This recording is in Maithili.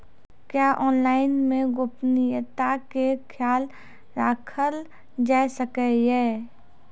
क्या ऑनलाइन मे गोपनियता के खयाल राखल जाय सकै ये?